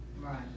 Right